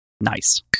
Nice